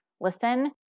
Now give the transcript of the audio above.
listen